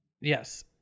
Yes